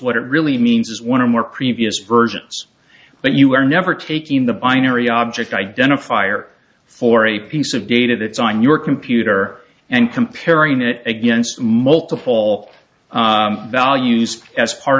what it really means is one or more previous versions but you are never taking the binary object identifier for a piece of data that's on your computer and comparing it against multiple values as part